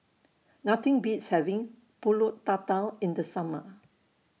Nothing Beats having Pulut Tatal in The Summer